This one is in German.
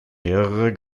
mehrere